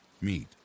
meet